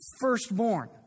firstborn